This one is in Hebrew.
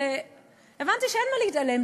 הבנתי שאין מה להתעלם.